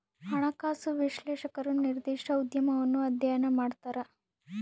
ಹಣಕಾಸು ವಿಶ್ಲೇಷಕರು ನಿರ್ದಿಷ್ಟ ಉದ್ಯಮವನ್ನು ಅಧ್ಯಯನ ಮಾಡ್ತರ